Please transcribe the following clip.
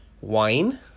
wine